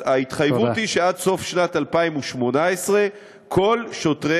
אז ההתחייבות היא שעד סוף שנת 2018 כל שוטרי